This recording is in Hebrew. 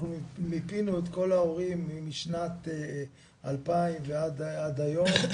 אנחנו מיפינו את כל ההורים משנת 2000 ועד היום,